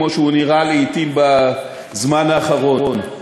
כמו שהוא נראה לעתים בזמן האחרון.